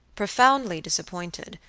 profoundly disappointed,